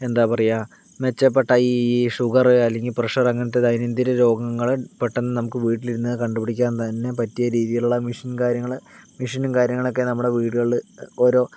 എന്താ പറയുക മെച്ചപ്പെട്ട ഈ ഷുഗർ അല്ലെങ്കിൽ പ്രഷർ അങ്ങനത്തെ ദൈനംദിന രോഗങ്ങൾ പെട്ടെന്ന് നമുക്ക് വീട്ടിലിരുന്ന് കണ്ടുപിടിക്കാൻ തന്നെ പറ്റിയ രീതിയിലുള്ള മെഷീൻ കാര്യങ്ങൾ മെഷീനും കാര്യങ്ങളും ഒക്കെ നമ്മുടെ വീടുകളിൽ ഓരോ